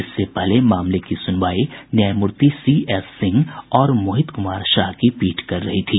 इससे पहले मामले की सुनवाई न्यायमूर्ति चक्रधारी शरण सिंह और मोहित कुमार शाह की पीठ कर रही थी